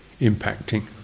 impacting